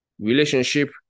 relationship